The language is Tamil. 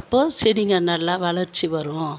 அப்போ செடிங்கள் நல்லா வளர்ச்சி வரும்